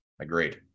Agreed